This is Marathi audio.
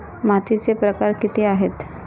मातीचे प्रकार किती आहेत?